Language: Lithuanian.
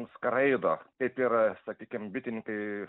skraido kaip ir sakykim bitininkai